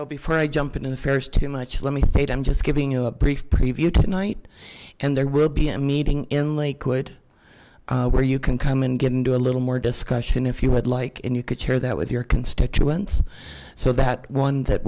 i jump into the fares too much let me state i'm just giving you a brief preview tonight and there will be a meeting in lakewood where you can come and get into a little more discussion if you would like and you could share that with your constituents so that one that